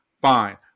fine